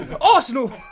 Arsenal